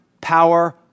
power